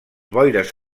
boires